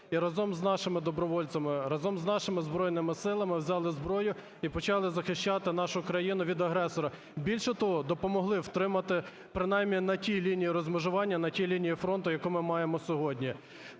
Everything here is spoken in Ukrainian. і разом з нашими добровольцями, разом з нашими Збройними Силами взяли зброю і почали захищати нашу країну від агресора. Більше того, допомогли втримати принаймні на тій лінії розмежування, на тій лінії фронту, яку ми маємо сьогодні.